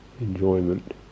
enjoyment